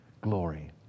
glory